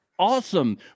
Awesome